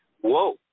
Whoa